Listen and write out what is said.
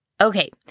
Okay